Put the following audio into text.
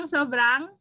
Sobrang